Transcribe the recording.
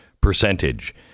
percentage